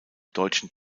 deutschen